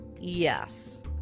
Yes